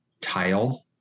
tile